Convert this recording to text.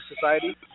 Society